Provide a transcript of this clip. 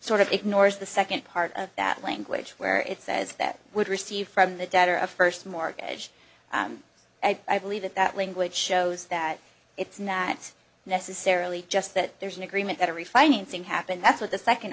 sort of ignores the second part of that language where it says that would receive from the debt or a first mortgage i believe that that language shows that it's not necessarily just that there's an agreement that a refinancing happened that's what the second